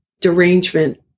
derangement